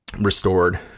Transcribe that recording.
restored